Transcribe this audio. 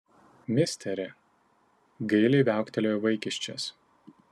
misteri gailiai viauktelėjo vaikiščias